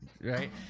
Right